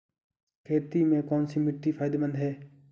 खेती में कौनसी मिट्टी फायदेमंद है?